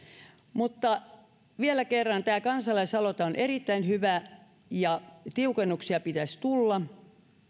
mutta vielä kerran tämä kansalaisaloite on erittäin hyvä ja tiukennuksia pitäisi tulla